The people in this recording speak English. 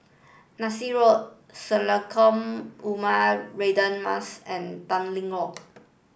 Nassim Road Sekolah Ugama Radin Mas and Tanglin Walk